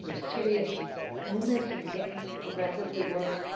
you know serious illness and you're getting progressively worse,